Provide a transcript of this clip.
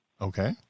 okay